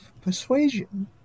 persuasion